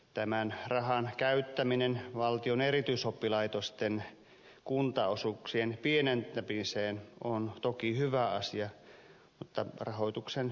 tämän rahan käyttäminen valtion erityisoppilaitosten kuntaosuuksien pienentämiseen on toki hyvä asia mutta rahoituksen leik kaus ihmetyttää